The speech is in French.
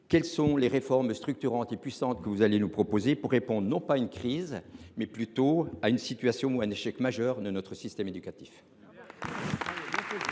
quelles réformes structurantes et puissantes allez vous proposer pour répondre, non pas à une crise, mais plutôt à un échec majeur de notre système éducatif